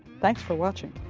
thanks for watching.